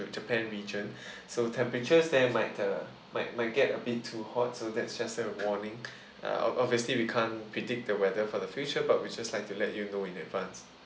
japan region so temperatures there might uh might might get a bit too hot so that's just a warning uh ob~ obviously we can't predict the weather for the future but we just like to let you know in advance